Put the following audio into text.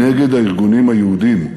נגד הארגונים היהודיים,